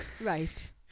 right